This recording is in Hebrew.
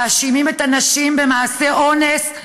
מאשימה את הנשים במעשי אונס,